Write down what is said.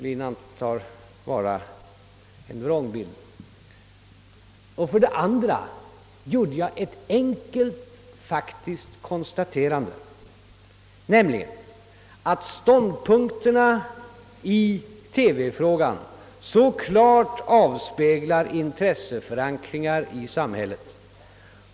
Jag förmodar att det är detta herr Ohlin åsyftar när han säger, att jag målat en vrångbild. Dessutom gjorde jag det enkla konstaterandet, att ståndpunkterna i denna fråga klart avspeglar intresseförankringar i samhället.